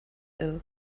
ill